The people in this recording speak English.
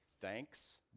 thanks